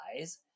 eyes